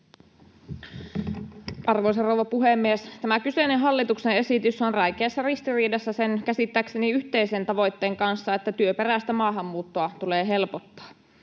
Arvoisa rouva puhemies! Tämä kyseinen hallituksen esitys on räikeässä ristiriidassa sen käsittääkseni yhteisen tavoitteen kanssa, että työperäistä maahanmuuttoa tulee helpottaa.